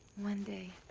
one day,